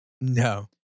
No